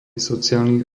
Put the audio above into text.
sociálnych